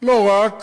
לא רק,